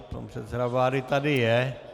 Pan předseda vlády tady je.